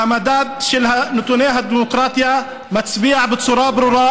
והמדד של נתוני הדמוקרטיה מצביע בצורה ברורה